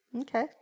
Okay